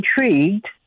intrigued